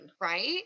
Right